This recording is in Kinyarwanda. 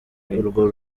urwo